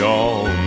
on